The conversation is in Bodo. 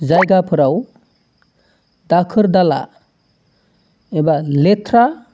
जायगाफोराव दाखोर दाला एबा लेथ्रा